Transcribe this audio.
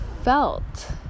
felt